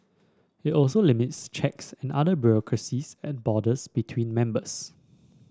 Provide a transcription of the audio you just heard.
it also limits checks and other bureaucracies at borders between members